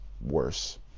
worse